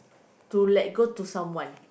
to let go to someone